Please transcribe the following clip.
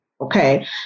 Okay